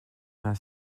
vingt